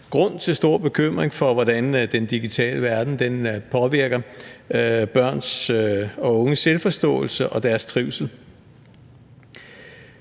grund til stor bekymring for, hvordan den digitale verden påvirker børns og unges selvforståelse og deres trivsel.